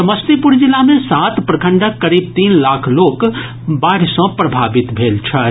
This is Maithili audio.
समस्तीपुर जिला मे सात प्रखंडक करीब तीन लाख लोक बाढ़ि सॅ प्रभावित भेल छथि